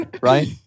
right